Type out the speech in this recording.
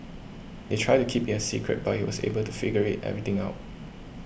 they tried to keep it a secret but he was able to figure it everything out